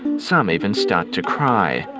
some even start to cry.